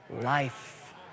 Life